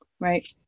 right